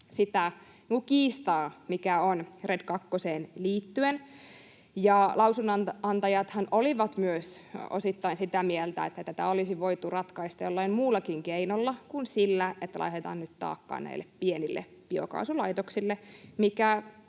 sitä kiistaa, mikä on RED kakkoseen liittyen. Lausunnon antajathan olivat myös osittain sitä mieltä, että tätä olisi voitu ratkaista jollain muullakin keinolla kuin sillä, että laitetaan nyt taakkaa näille pienille biokaasulaitoksille,